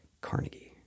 Carnegie